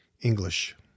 English